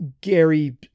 gary